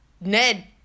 Ned